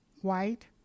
white